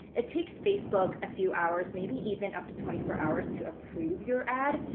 it takes facebook a few hours. maybe even up to twenty four hours to approve your ad.